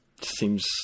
seems